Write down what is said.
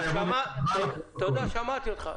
שמעתי אותך.